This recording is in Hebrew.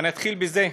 ואני אתחיל בזה: